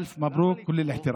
אלפי ברכות.